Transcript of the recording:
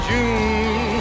June